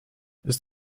ist